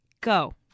Go